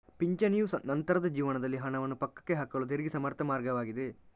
ಪಿಂಚಣಿಯು ನಂತರದ ಜೀವನದಲ್ಲಿ ಹಣವನ್ನು ಪಕ್ಕಕ್ಕೆ ಹಾಕಲು ತೆರಿಗೆ ಸಮರ್ಥ ಮಾರ್ಗವಾಗಿದೆ